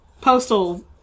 postal